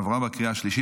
עברה בקריאה שלישית,